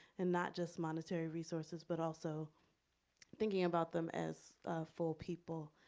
and not just monetary resources, but also thinking about them as full people.